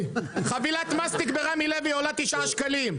חבילת מסטיק ברמי לוי עולה 9 שקלים.